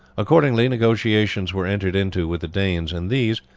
accordingly negotiations were entered into with the danes, and these,